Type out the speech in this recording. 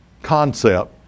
concept